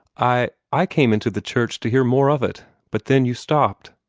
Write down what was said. i i came into the church to hear more of it but then you stopped!